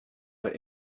but